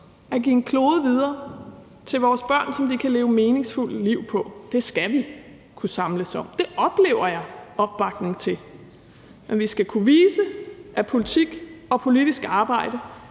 at give en klode videre til vores børn, som de kan leve meningsfulde liv på. Det skal vi kunne samles om, og det oplever jeg opbakning til. Men vi skal kunne vise, at politik og politisk arbejde